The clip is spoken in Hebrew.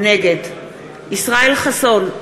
נגד ישראל חסון,